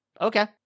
Okay